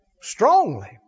Strongly